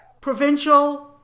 provincial